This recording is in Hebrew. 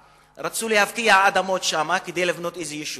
רצו להפקיע אדמות כדי לבנות איזה יישוב,